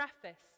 preface